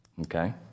Okay